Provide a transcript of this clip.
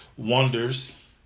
Wonders